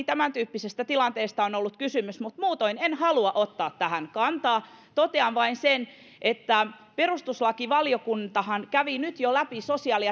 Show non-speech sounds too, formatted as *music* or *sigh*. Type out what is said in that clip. *unintelligible* tämäntyyppisestä tilanteesta on on ollut kysymys mutta muutoin en halua ottaa tähän kantaa totean vain sen että perustuslakivaliokuntahan kävi jo läpi sosiaali *unintelligible*